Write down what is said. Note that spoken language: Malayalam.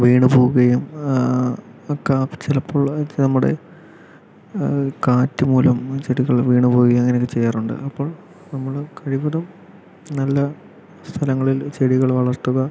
വീണു പോകുകയും ഒക്കെ ചിലപ്പോ നമ്മുടെ കാറ്റ് മൂലം ചെടികൾ വീണു പോകുകയും അങ്ങനെയൊക്കെ ചെയ്യാറുണ്ട് അപ്പോ നമ്മൾ കഴിവതും നല്ല സ്ഥലങ്ങളിൽ ചെടികൾ വളർത്തുക